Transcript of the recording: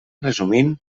resumint